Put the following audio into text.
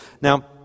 Now